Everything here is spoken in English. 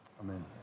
Amen